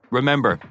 Remember